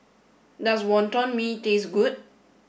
does Wonton Mee taste good